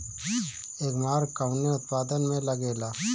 एगमार्क कवने उत्पाद मैं लगेला?